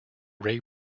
ray